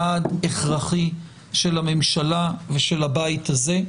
יעד הכרחי של הממשלה ושל הבית הזה,